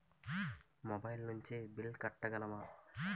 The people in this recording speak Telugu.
మొబైల్ నుంచి బిల్ కట్టగలమ?